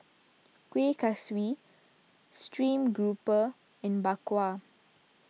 Kueh Kaswi Stream Grouper and Bak Kwa